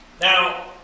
Now